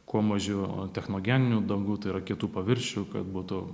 kuo mažiau technogeninių dangų tai yra kietų paviršių kad būtų